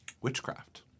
witchcraft